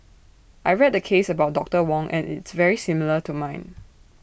I read the case about doctor Wong and it's very similar to mine